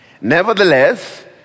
Nevertheless